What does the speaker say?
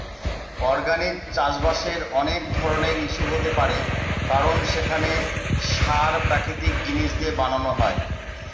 organic চাষবাসের অনেক ধরনের ইস্যু হতে পারে কারণ সেখানে সার প্রাকৃতিক জিনিস দিয়ে বানানো হয়